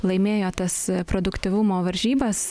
laimėjo tas produktyvumo varžybas